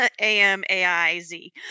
A-M-A-I-Z